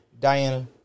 Diana